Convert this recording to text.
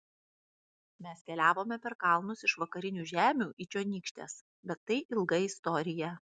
mes keliavome per kalnus iš vakarinių žemių į čionykštes bet tai ilga istorija